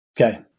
Okay